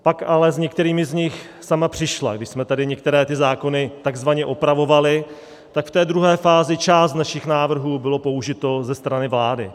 Pak ale s některými z nich sama přišla, když jsme tady některé ty zákony takzvaně opravovali, tak v té druhé fázi část našich návrhů bylo použito ze strany vlády.